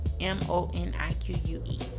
M-O-N-I-Q-U-E